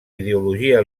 ideologia